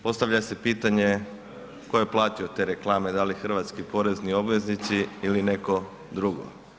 Postavlja se pitanje tko je platio te reklame, da li hrvatski porezni obveznici ili netko drugo?